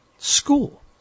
school